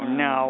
no